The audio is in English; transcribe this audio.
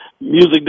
music